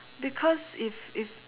because if if